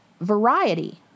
Variety